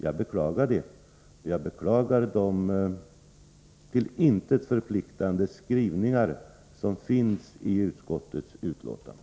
Jag beklagar det, och jag beklagar de till intet förpliktigande skrivningar som finns i utskottets betänkande.